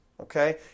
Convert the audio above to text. okay